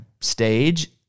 stage